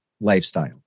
lifestyle